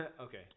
Okay